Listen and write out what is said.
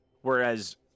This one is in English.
whereas